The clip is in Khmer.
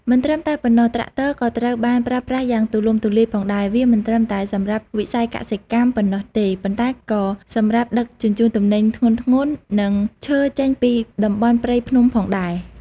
មិនត្រឹមតែប៉ុណ្ណោះ ត្រាក់ទ័រ ក៏ត្រូវបានប្រើប្រាស់យ៉ាងទូលំទូលាយផងដែរ វាមិនត្រឹមតែសម្រាប់វិស័យកសិកម្មប៉ុណ្ណោះទេ ប៉ុន្តែក៏សម្រាប់ដឹកជញ្ជូនទំនិញធ្ងន់ៗ និងឈើចេញពីតំបន់ព្រៃភ្នំផងដែរ។